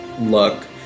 look